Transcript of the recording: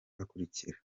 akurikira